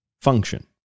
function